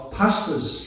pastors